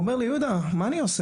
אומר לי: יהודה, מה אני עושה?